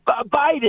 Biden